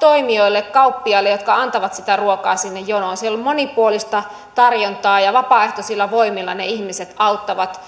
toimijoille kauppiaille jotka antavat sitä ruokaa sinne jonoon siellä on monipuolista tarjontaa ja vapaaehtoisilla voimilla ne ihmiset auttavat